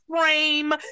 frame